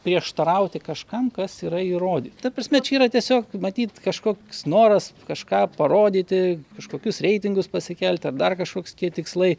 prieštarauti kažkam kas yra įrodyta ta prasme čia yra tiesiog matyt kažkoks noras kažką parodyti kažkokius reitingus pasikelti ar dar kažkoks tikslai